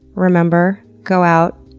remember, go out,